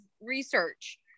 research